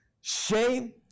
Shame